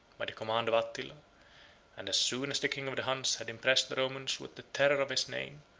by the command of attila and as soon as the king of the huns had impressed the romans with the terror of his name,